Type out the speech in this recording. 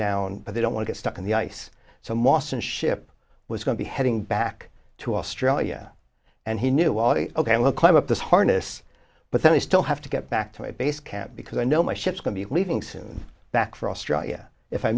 down but they don't want get stuck on the ice so mawson ship was going to be heading back to australia and he knew all the ok we'll climb up this harness but then we still have to get back to my base camp because i know my ship's going to be leaving soon back for australia if i